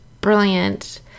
brilliant